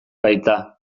baita